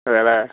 അതെ അല്ലേ